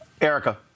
Erica